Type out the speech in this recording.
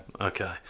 Okay